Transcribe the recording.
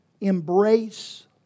embrace